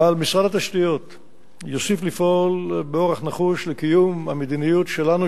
אבל משרד התשתיות יוסיף לפעול באורח נחוש לקיום המדיניות שלנו,